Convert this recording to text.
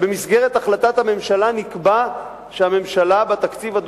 ובמסגרת החלטת הממשלה נקבע שהממשלה תמצא בתקציב